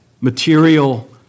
material